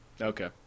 Okay